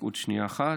עוד שנייה אחת,